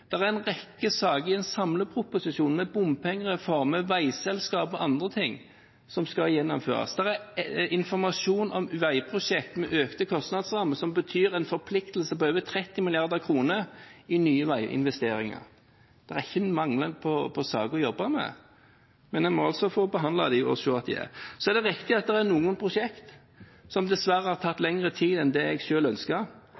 en samleproposisjon, med bompengereform, veiselskap og andre ting som skal gjennomføres. Det er informasjon om veiprosjekter med økte kostnadsrammer, som betyr en forpliktelse på over 30 mrd. kr i nye veiinvesteringer. Det er ikke mangel på saker å jobbe med, men en må behandle dem, og se at de er der. Det er riktig at noen prosjekter dessverre har tatt